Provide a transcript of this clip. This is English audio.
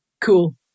cool